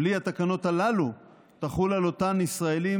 בלי התקנות הללו יחולו על אותם ישראלים